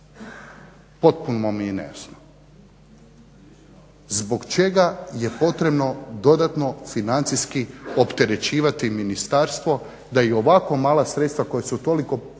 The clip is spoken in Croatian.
Potpuno mi nejasno. Zbog čega je potrebno dodatno financijski opterećivati ministarstvo da i ovako mala sredstva koja su smanjena